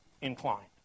inclined